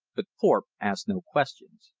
but thorpe asked no questions.